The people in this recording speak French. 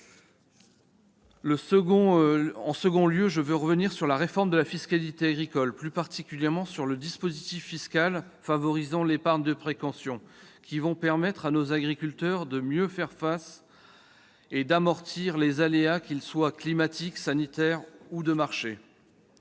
Par ailleurs, je veux revenir sur la réforme de la fiscalité agricole et, plus particulièrement, sur les dispositions fiscales favorisant l'épargne de précaution, qui permettront à nos agriculteurs de mieux faire face aux situations et d'amortir les aléas, qu'ils soient climatiques, sanitaires ou de marché.